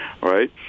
right